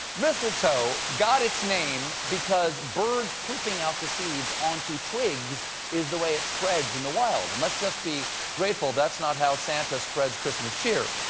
mistletoe got its name because birds pooping out the seeds onto twigs is the way it spreads in the wild. let's just be grateful that's not how santa spreads christmas cheer.